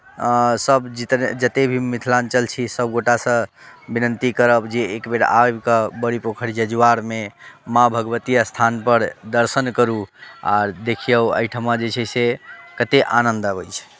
सभ जित जतेक भी मिथिलाञ्चल छी सभ गोटाएसँ विनती करब जे एक बेर आबि कऽ बड़ी पोखरि जजुआरमे माँ भगवती स्थानपर दर्शन करू आ देखियौ एहिठिमा जे छै से कतेक आनन्द अबैत छै